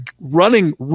running